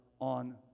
on